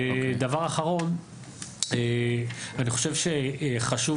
דבר אחרון ואני חושב שחשוב